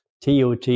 TOT